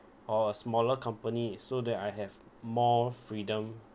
or a smaller company so that I have more freedom